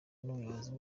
n’umuyobozi